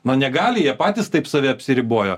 na negali jie patys taip save apsiribojo